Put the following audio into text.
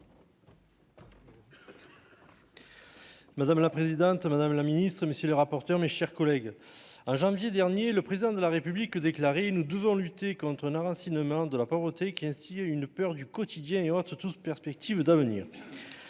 Madame la présidente, madame la ministre, messieurs les rapporteurs, mes chers collègues, hein : janvier dernier le président de la République déclarer : nous devons lutter contre un enracinement de la pauvreté, qui a signé une peur du quotidien et autres toute perspective d'avenir,